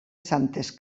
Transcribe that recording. santes